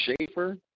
Schaefer